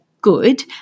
good